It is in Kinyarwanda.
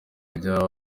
rya